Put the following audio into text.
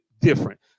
different